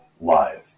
live